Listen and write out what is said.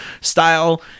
style